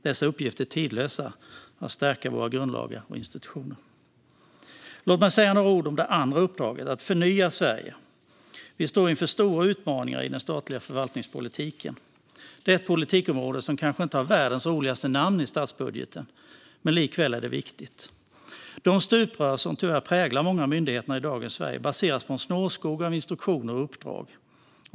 Dessa uppgifter, att stärka våra grundlagar och institutioner, är tidlösa. Låt mig säga några ord om det andra uppdraget, det vill säga att förnya Sverige. Vi står inför stora utmaningar i den statliga förvaltningspolitiken. Det är ett politikområde som kanske inte har världens roligaste namn i statsbudgeten, men likväl är det viktigt. De stuprör som tyvärr präglar många av myndigheterna i dagens Sverige baseras på en snårskog av instruktioner och uppdrag.